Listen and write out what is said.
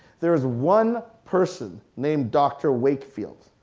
there is one person named dr. wakefield,